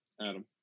Adam